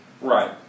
Right